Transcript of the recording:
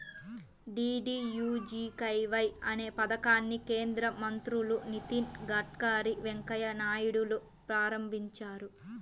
DDUGKY అనే పథకాన్ని కేంద్ర మంత్రులు నితిన్ గడ్కరీ, వెంకయ్య నాయుడులు ప్రారంభించారు